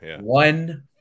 One